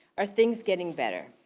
are things getting better?